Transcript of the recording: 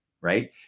right